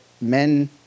men